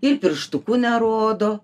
ir pirštuku nerodo